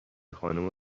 خانم